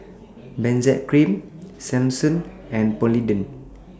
Benzac Cream Selsun and Polident